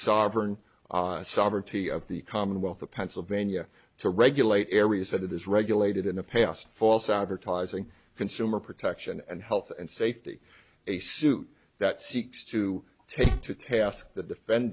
sovereign sovereignty of the commonwealth of pennsylvania to regulate areas that it is regulated in the past false advertising consumer protection and health and safety a suit that seeks to take to task t